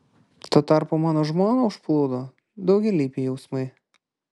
tuo tarpu mano žmoną užplūdo daugialypiai jausmai